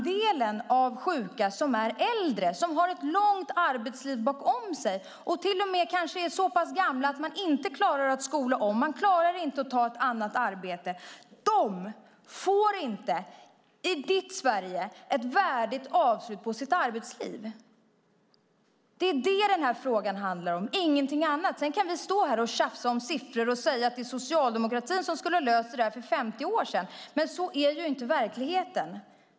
De sjuka som är äldre, som har ett långt arbetsliv bakom sig och kanske till och med är så pass gamla att de inte klarar att skola om sig och ta ett annat arbete, de får inte i ditt Sverige ett värdigt avslut på sitt arbetsliv. Det är det som den här frågan handlar om, ingenting annat. Sedan kan vi stå här och tjafsa om siffror och säga att det är socialdemokratin som skulle ha löst detta för 50 år sedan. Men sådan är inte verkligheten.